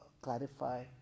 clarify